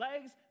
legs